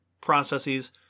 processes